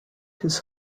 his